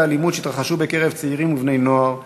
האלימות שהתרחשו בקרב צעירים ובני-נוער,